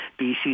BC